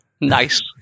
Nice